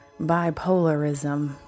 bipolarism